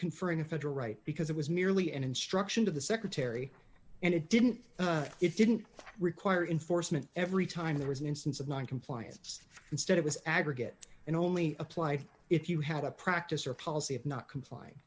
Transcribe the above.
conferring a federal right because it was merely an instruction to the secretary and it didn't it didn't require in foresman every time there was an instance of noncompliance instead it was aggregate and only applied if you had a practice or policy of not complying